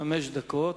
חמש דקות.